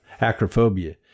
acrophobia